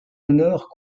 honneur